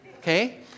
Okay